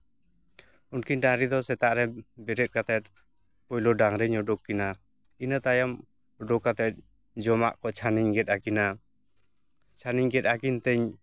ᱩᱱᱠᱤᱱ ᱰᱟᱝᱨᱤ ᱫᱚ ᱥᱮᱛᱟᱜ ᱨᱮ ᱵᱚᱨᱚᱫ ᱠᱟᱛᱮ ᱯᱳᱭᱞᱳ ᱰᱟᱝᱨᱤᱧ ᱩᱰᱩᱠ ᱠᱤᱱᱟᱹ ᱤᱱᱟᱹᱛᱟᱭᱚᱢ ᱩᱰᱩᱠ ᱠᱟᱛᱮ ᱡᱚᱢᱟᱜ ᱠᱚ ᱪᱷᱟᱱᱤᱧ ᱜᱮᱫ ᱟᱠᱤᱱᱟ ᱪᱷᱟᱱᱤᱧ ᱜᱮᱫ ᱟᱠᱤᱱ ᱛᱮᱧ